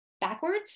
backwards